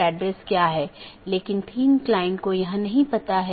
यह BGP का समर्थन करने के लिए कॉन्फ़िगर किया गया एक राउटर है